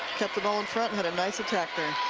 hit the ball in front and had a nice attack there